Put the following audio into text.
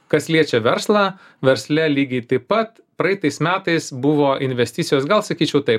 kas liečia verslą versle lygiai taip pat praeitais metais buvo investicijos gal sakyčiau tai